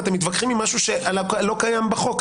אתם מתווכחים עם משהו שלא קיים בחוק.